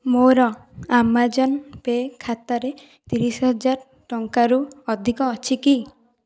ମୋର Amazon Pay ଖାତାରେ ତିରିଶ ହଜାର ଟଙ୍କାରୁ ଅଧିକ ଅଛି କି